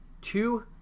two